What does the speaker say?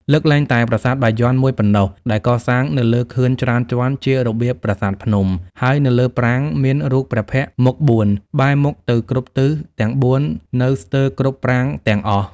លើកលែងតែប្រាសាទបាយ័នមួយប៉ុណ្ណោះ ដែលកសាងនៅលើខឿនច្រើនជាន់ជារបៀបប្រាសាទភ្នំ ហើយនៅលើប្រាង្គ មានរូបព្រះភ័ក្ត្រមុខបួន បែរមុខទៅគ្រប់ទិសទាំងបួននៅស្ទើរគ្រប់ប្រាង្គទាំងអស់។